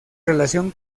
relación